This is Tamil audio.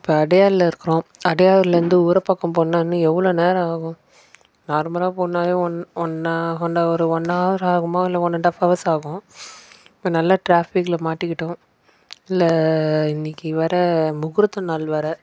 இப்போ அடையாரில் இருக்குறோம் அடையார்லேருந்து ஊரப்பாக்கம் போகணுன்னா இன்னும் எவ்வளவோ நேரம் ஆகும் நார்மலாக போகணுன்னாவே ஒன் ஒன் ஹா ஒன் ஹவர் ஒன் ஹவர் ஆகுமா இல்லை ஒன் அண்ட் ஹாஃப் ஹவர்ஸ் ஆகும் இப்போ நல்ல ட்ராஃபிக்கில மாட்டிக்கிட்டோம் இதில் இன்னைக்கு வேறு முகூர்த்த நாள் வேறு